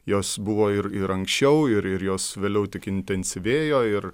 jos buvo ir ir anksčiau ir ir jos vėliau tik intensyvėjo ir